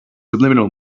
subliminal